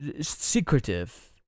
secretive